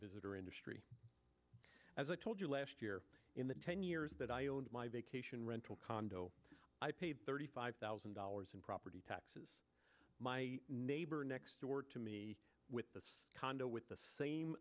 visitor industry as i told you last year in the ten years that i owned my vacation rental condo i paid thirty five thousand dollars in property tax my neighbor next door to me with this condo with the same